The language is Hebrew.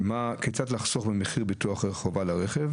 כיצד לחסוך במחיר ביטוח חובה לרכב,